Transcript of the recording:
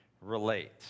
relate